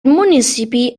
municipi